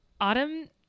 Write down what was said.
autumn